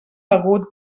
begut